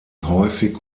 häufig